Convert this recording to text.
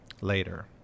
later